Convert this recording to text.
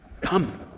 come